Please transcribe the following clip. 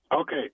Okay